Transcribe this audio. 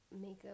makeup